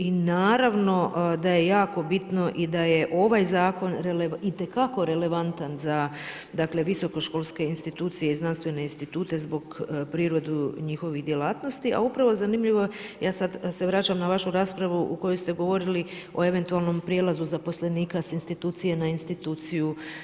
I naravno da je jako bitno i da je ovaj zakon itekako relevantan za visokoškolske institucije i znanstvene institute zbog prirode njihove djelatnosti, a upravo zanimljivo ja sada se vraćam na vašu raspravu u kojoj ste govorili o eventualnom prijelazu zaposlenika s institucije na instituciju.